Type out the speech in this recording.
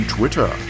Twitter